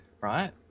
right